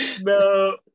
No